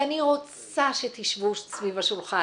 ואני רוצה שתשבו סביב השולחן,